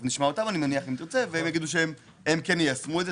הן בתוך זה, והם יגידו שכן יישמו את זה.